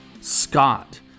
scott